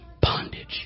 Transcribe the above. bondage